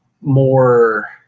more